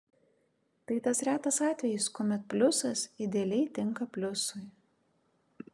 tai tas retas atvejis kuomet pliusas idealiai tinka pliusui